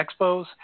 Expos